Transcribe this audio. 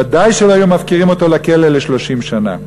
ודאי שלא היו מפקירים אותו בכלא ל-30 שנה.